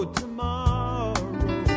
tomorrow